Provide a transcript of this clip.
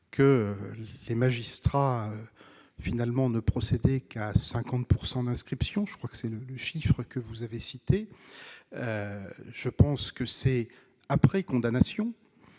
que les magistrats finalement ne procéder qu'à 50 % d'inscription, je crois que c'est le le chiffre que vous avez cités, je pense que c'est après condamnation,